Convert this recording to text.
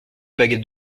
baguette